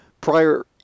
prior